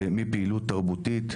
זה מפעילות תרבותית,